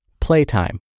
Playtime